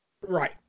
Right